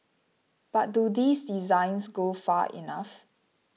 but do these designs go far enough